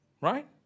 Right